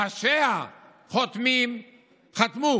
ראשיהן חתמו,